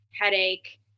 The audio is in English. headache